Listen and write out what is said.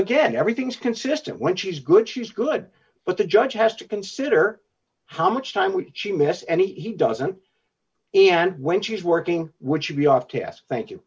again everything's consistent when she's good she's good but the judge has to consider how much time when she missed any he doesn't and when she's working which should be off task thank you